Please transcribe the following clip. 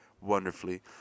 wonderfully